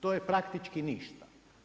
To je praktički ništa.